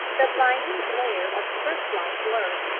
the blinding glare of the searchlight blurred.